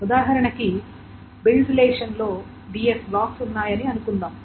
ఉదాహరణానికి build relation లో bs blocks ఉన్నాయని అనుకుందాం